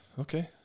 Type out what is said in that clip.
Okay